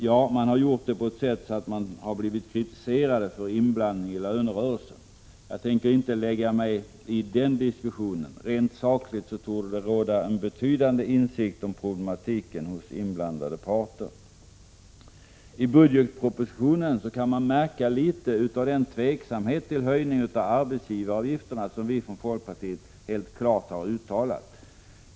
Ja, man har gjort det på ett sådant sätt att man har blivit kritiserad för inblandning i lönerörelsen. Jag tänker inte lägga mig i den diskussionen. Rent sakligt torde inblandade parter ha en betydande insikt om problematiken. I budgetpropositionen kan man märka litet av den tveksamhet inför den höjning av arbetsgivaravgiften som vi från folkpartiet helt klart har uttalat.